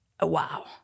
Wow